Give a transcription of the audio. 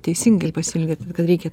teisingai pasielgėt kad reikia